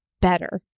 better